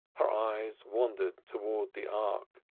her eyes wandered towards the ark,